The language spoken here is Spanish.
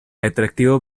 atractivo